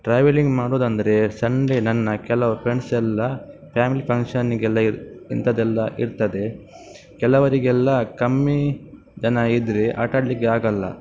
travelling ಮಾಡೋದಂದರೆ Sunday ನನ್ನ ಕೆಲವು ಫ್ರೆಂಡ್ಸ್ ಎಲ್ಲ ಫ್ಯಾಮಿಲಿ ಫಂಕ್ಷನ್ನಿಗೆಲ್ಲ ಇರು ಇಂಥದೆಲ್ಲ ಇರ್ತದೆ ಕೆಲವರಿಗೆಲ್ಲ ಕಮ್ಮಿ ಜನ ಇದ್ದರೆ ಆಟಾಡಲಿಕ್ಕೆ ಆಗೋಲ್ಲ